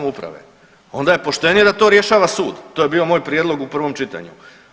Onda je poštenije da to rješava sud, to je bio moj prijedlog u prvom čitanju.